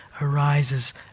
arises